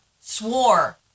swore